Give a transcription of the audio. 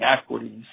equities